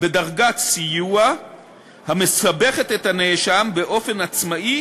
בדרגת סיוע המסבכת את הנאשם באופן עצמאי